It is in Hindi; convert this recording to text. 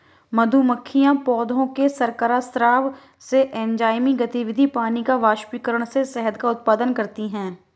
मधुमक्खियां पौधों के शर्करा स्राव से, एंजाइमी गतिविधि, पानी के वाष्पीकरण से शहद का उत्पादन करती हैं